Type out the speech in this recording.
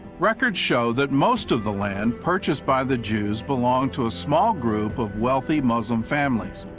records show that most of the land purchased by the jews belonged to a small group of wealthy muslim families,